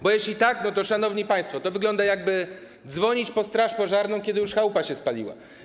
Bo jeśli tak, to, szanowni państwo, to wygląda, jakby dzwonić po straż pożarną, kiedy już chałupa się spaliła.